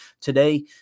today